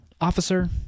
officer –